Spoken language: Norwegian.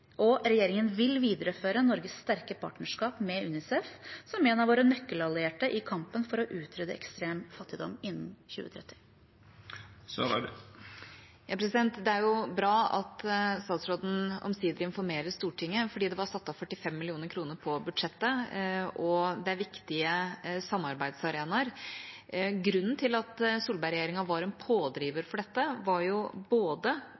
Regjeringen vil videreføre Norges sterke partnerskap med UNICEF, som er en av våre nøkkelallierte i kampen for å utrydde ekstrem fattigdom innen 2030. Det er jo bra at statsråden omsider informerer Stortinget, for det var satt av 45 mill. kr på budsjettet, og det er viktige samarbeidsarenaer. Grunnen til at Solberg-regjeringa var en pådriver for dette, var både